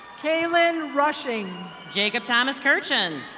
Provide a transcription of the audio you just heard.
caylin rushing. jacob thomas kurchin.